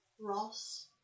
Ross